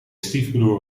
stiefbroer